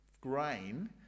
grain